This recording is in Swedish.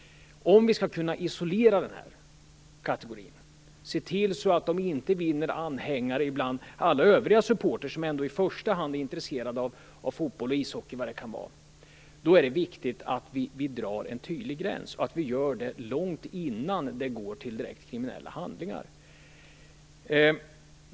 Om vi skall kunna isolera den här kategorin, se till så att de inte vinner anhängare bland övriga supportrar, som ändå i första hand är intresserade av fotboll, ishockey, osv., då är det viktigt att vi drar en tydlig gräns och att vi gör det långt innan det hela övergår i direkt kriminella handlingar.